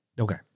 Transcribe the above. Okay